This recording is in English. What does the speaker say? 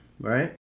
right